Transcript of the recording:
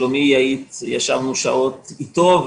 שלומי יעיד שישבנו שעות איתו,